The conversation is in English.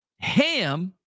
ham